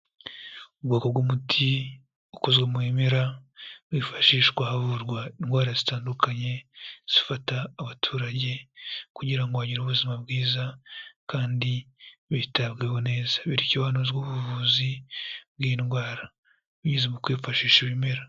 Ubwoko bw'umuti ukozwe mu bimera wifashishwa havurwa indwara zitandukanye zifata abaturage, kugira ngo bagire ubuzima bwiza kandi bitabweho neza, bityo hanozwe ubuvuzi bw'indwara, binyuze mu kwifashisha ibimera.